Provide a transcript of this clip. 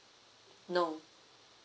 no